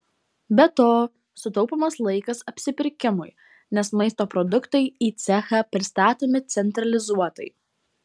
be to sutaupomas laikas apsipirkimui nes maisto produktai į cechą pristatomi centralizuotai